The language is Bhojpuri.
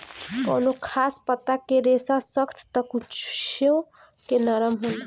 कवनो खास पता के रेसा सख्त त कुछो के नरम होला